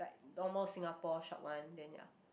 like almost Singapore shop one then ya